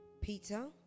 Peter